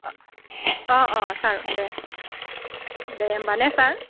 अ अ सार दे दे होम्बा ने सार